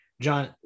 John